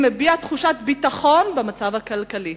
מביע תחושת ביטחון במצב הכלכלי.